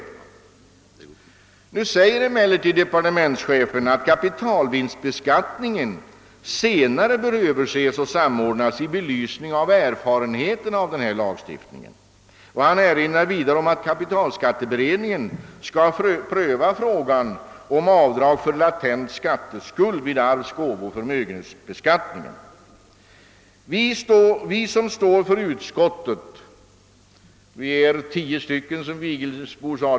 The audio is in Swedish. Departementschefen förklarar emellertid att kapitalvinstbeskattningen senare bör överses och samordnas i belysning av erfarenheterna av denna lagstiftning. Han erinrar vidare om att kapitalskatteberedningen skall pröva frågan om avdrag för latent skatteskuld vid arvs-, gåvooch förmögenhetsbeskattningen. Vi som utgör utskottsmajoriteten är tio personer, som herr Vigelsbo nämnde.